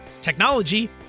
technology